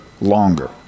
longer